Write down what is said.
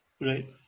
Right